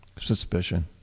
suspicion